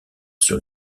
sur